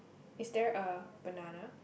is there a banana